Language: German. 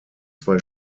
zwei